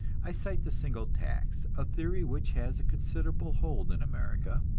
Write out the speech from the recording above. i cite the single tax, a theory which has a considerable hold in america,